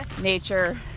nature